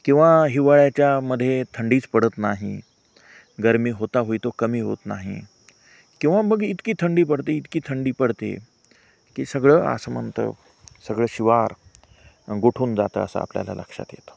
किंवा हिवाळ्याच्यामधे थंडीच पडत नाही गर्मी होता होईतो कमी होत नाही किंवा मग इतकी थंडी पडते इतकी थंडी पडते की सगळं आसमंत सगळं शिवार गोठून जातं असं आपल्याला लक्षात येतं